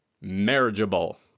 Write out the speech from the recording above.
marriageable